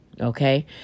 Okay